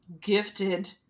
gifted